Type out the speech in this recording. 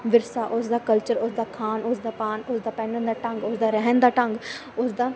ਵਿਰਸਾ ਉਸਦਾ ਕਲਚਰ ਉਸਦਾ ਖਾਣ ਉਸ ਦਾ ਪਾਉਣ ਉਸਦਾ ਪਹਿਨਣ ਦਾ ਢੰਗ ਉਸਦਾ ਰਹਿਣ ਦਾ ਢੰਗ ਉਸਦਾ